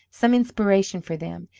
some inspiration for them,